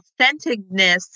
authenticness